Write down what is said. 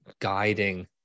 guiding